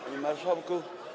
Panie Marszałku!